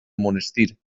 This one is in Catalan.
monestir